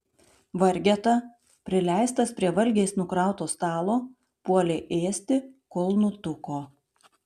vargeta prileistas prie valgiais nukrauto stalo puolė ėsti kol nutuko